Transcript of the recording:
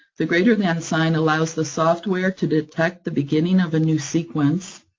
the greater-than and sign allows the software to detect the beginning of a new sequence,